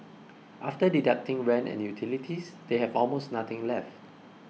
after deducting rent and utilities they have almost nothing left